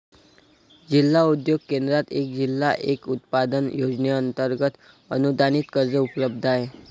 जिल्हा उद्योग केंद्रात एक जिल्हा एक उत्पादन योजनेअंतर्गत अनुदानित कर्ज उपलब्ध आहे